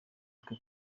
two